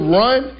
run